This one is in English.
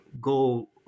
go